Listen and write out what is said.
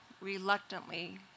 reluctantly